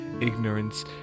ignorance